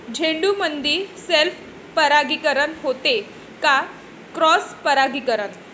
झेंडूमंदी सेल्फ परागीकरन होते का क्रॉस परागीकरन?